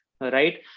right